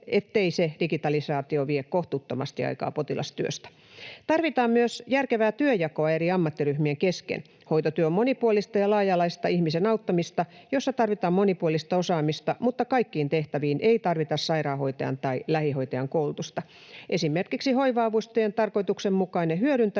ettei se digitalisaatio vie kohtuuttomasti aikaa potilastyöstä. Tarvitaan myös järkevää työnjakoa eri ammattiryhmien kesken. Hoitotyö on monipuolista ja laaja-alaista ihmisen auttamista, jossa tarvitaan monipuolista osaamista, mutta kaikkiin tehtäviin ei tarvita sairaanhoitajan tai lähihoitajan koulutusta. Esimerkiksi hoiva-avustajien tarkoituksenmukainen hyödyntäminen